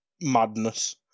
madness